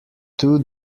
two